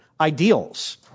ideals